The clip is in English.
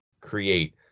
create